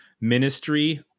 ministry